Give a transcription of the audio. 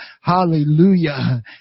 hallelujah